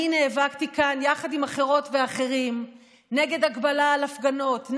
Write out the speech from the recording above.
אני נאבקתי כאן יחד עם אחרות ואחרים נגד הגבלה על הפגנות,